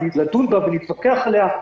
לדון בה ולהתווכח עליה,